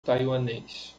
taiwanês